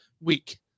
week